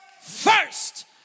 First